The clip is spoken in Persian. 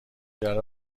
ماجرا